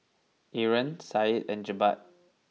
Aaron Said and Jebat